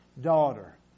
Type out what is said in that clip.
daughter